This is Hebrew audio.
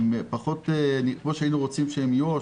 פחות כמו שהיינו רוצים שהן יהיו,